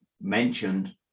mentioned